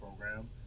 program